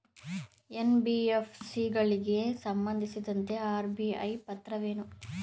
NBFC ಗಳಿಗೆ ಸಂಬಂಧಿಸಿದಂತೆ RBI ಪಾತ್ರವೇನು?